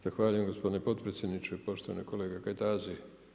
Zahvaljujem gospodine potpredsjedniče, poštovani kolega Kajtazi.